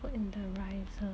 put in the riser